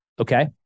Okay